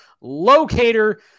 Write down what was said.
locator